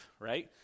right